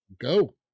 Go